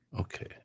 Okay